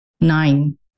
Nine